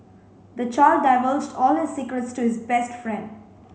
the child divulged all his secrets to his best friend